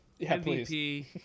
MVP